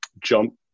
jump